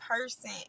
person